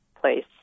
place